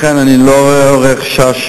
לכן אני לא רואה חשש.